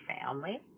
family